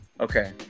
Okay